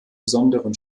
besonderen